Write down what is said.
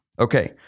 Okay